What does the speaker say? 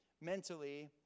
mentally